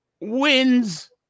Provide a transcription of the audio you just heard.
Wins